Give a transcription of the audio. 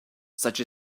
such